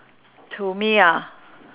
to me ah